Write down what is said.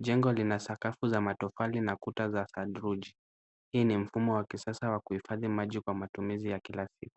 Jengo lina sakafu ya matofali na kuta za saruji. Hii ni mfumo wa kisasa wa kuhifadhi maji kwa matumizi ya kila siku.